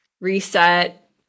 reset